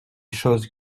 choses